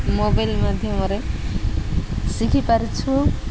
mobile ମାଧ୍ୟମରେ ଶିଖି ପାରିଛୁ